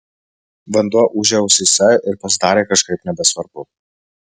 vanduo ūžė ausyse ir pasidarė kažkaip nebesvarbu